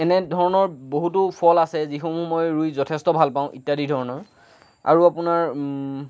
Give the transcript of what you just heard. এনেধৰণৰ বহুতো ফল আছে যিসমূহ মই ৰুই যথেষ্ট ভাল পাওঁ ইত্যাদি ধৰণৰ আৰু আপোনাৰ